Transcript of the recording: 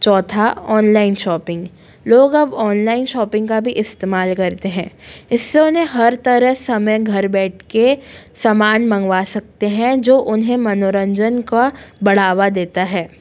चौथा online shopping लोग अब ऑनलाइन शॉपिंग का भी इस्तेमाल करते हैं इससे उन्हें हर तरह से हमें घर बैठ कर समान मँगवा सकते हैं जो उन्हें मनोरंजन का बढ़ावा देता है